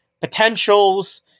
potentials